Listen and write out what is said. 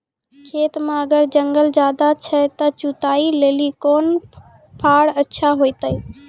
खेत मे अगर जंगल ज्यादा छै ते जुताई लेली कोंन फार अच्छा होइतै?